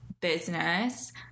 business